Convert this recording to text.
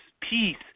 peace